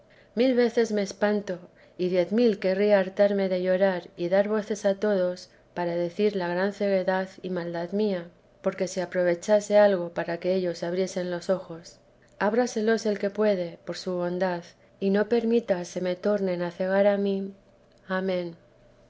mil veces me espanto y diez mil quería hartarme de llorar y dar voces a todos para decir la gran ceguedad y maldad mía por si aprovechase algo para que ellos abriesen los ojos ábraselos el que puede por su bondad y no permita se me tornen a cegar a mí amén